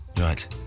Right